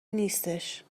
نیستش